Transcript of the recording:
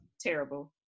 Terrible